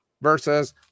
Versus